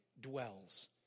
dwells